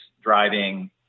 driving